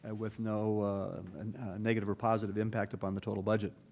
and with no and negative or positive impact upon the total budget.